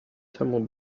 temu